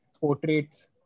portraits